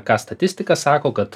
ką statistika sako kad